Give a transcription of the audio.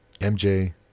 MJ